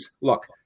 look